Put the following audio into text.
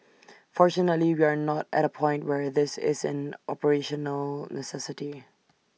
fortunately we are not at A point where this is an operational necessity